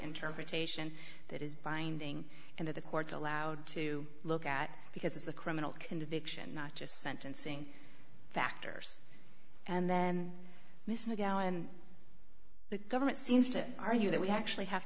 interpretation that is binding and that the court's allowed to look at because it's a criminal conviction not just sentencing factors and then missing to go and the government seems to argue that we actually have